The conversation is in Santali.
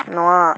ᱱᱚᱣᱟ